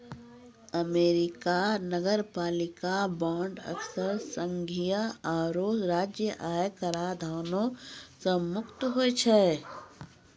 America नगरपालिका bond अक्सर संघीय आरो राज्य आय कराधानो से मुक्त होय छै